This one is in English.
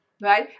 Right